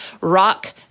rock